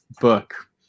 book